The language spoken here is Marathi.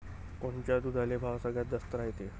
कोनच्या दुधाले भाव सगळ्यात जास्त रायते?